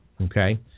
okay